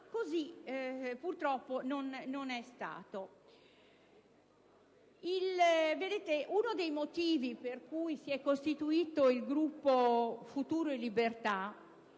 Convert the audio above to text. così, purtroppo, non è stato. Uno dei motivi più rilevanti per cui si è costituito il Gruppo Futuro e Libertà